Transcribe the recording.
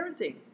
parenting